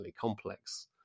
complex